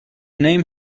name